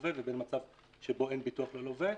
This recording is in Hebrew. ללווה לבין מצב שבו אין ביטוח ללווה,